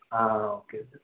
ആ okay okay okay